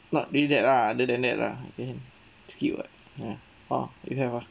not really that lah other than that lah okay skip what ya orh you have ah